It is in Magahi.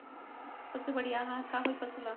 सबसे बढ़िया आहार का होई पशु ला?